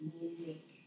music